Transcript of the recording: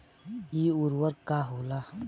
इ उर्वरक का होला?